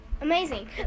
amazing